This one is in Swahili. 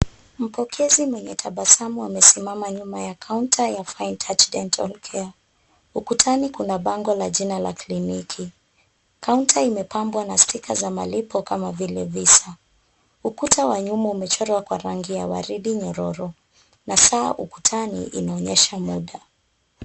Mpokezi mwenye tabasamu amesimama nyuma ya kaunta ya Finetouch Dental Care, ukutani kuna bango la jina la kliniki, kaunta imepambwa na sticker za malipo kama vile visa , ukuta wa nyuma umechorwa kwa rangi ya waridi nyororo na saa ukutani inaonyesha muda.